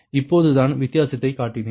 இப்போதுதான் வித்தியாசத்தைக் காட்டினேன்